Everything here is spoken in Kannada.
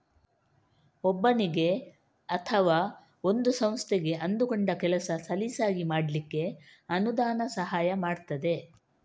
ಒಬ್ಬನಿಗೆ ಅಥವಾ ಒಂದು ಸಂಸ್ಥೆಗೆ ಅಂದುಕೊಂಡ ಕೆಲಸ ಸಲೀಸಾಗಿ ಮಾಡ್ಲಿಕ್ಕೆ ಅನುದಾನ ಸಹಾಯ ಮಾಡ್ತದೆ